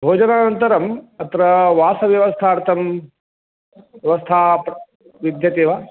भोजनानन्तरम् अत्र वासव्यवस्थार्थं व्यवस्था विद्यते वा